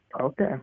Okay